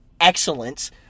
excellence